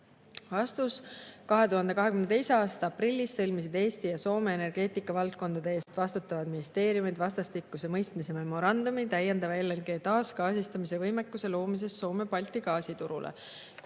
Vastus. 2022. aasta aprillis sõlmisid Eesti ja Soome energeetikavaldkondade eest vastutavad ministeeriumid vastastikuse mõistmise memorandumi, [millega lepiti kokku] täiendava LNG taasgaasistamise võimekuse loomises Soome-Balti gaasiturul.